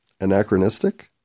Anachronistic